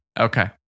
Okay